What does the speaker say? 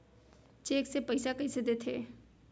Cheque से पइसा कइसे देथे?